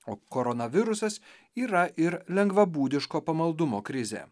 o koronavirusas yra ir lengvabūdiško pamaldumo krizė